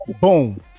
Boom